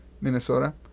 Minnesota